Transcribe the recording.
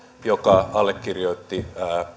joka allekirjoitti